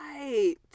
Right